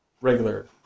regular